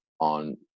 on